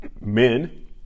men